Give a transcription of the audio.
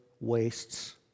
wastes